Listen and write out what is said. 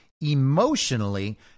emotionally